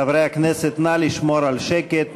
חברי הכנסת, נא לשמור על שקט.